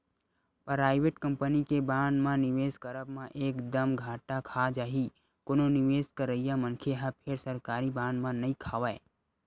private company के bond म निवेस करब म एक दम घाटा खा जाही कोनो निवेस करइया मनखे ह फेर सरकारी बांड म नइ खावय